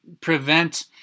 prevent